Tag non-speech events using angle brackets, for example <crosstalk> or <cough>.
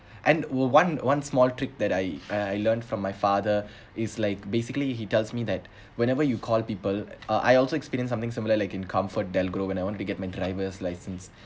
and we one one small trick that I I learned from my father <breath> is like basically he tells me that <breath> whenever you call people uh I also experience something similar like in comfortdelgro when I want to get my driver's license